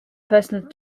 personal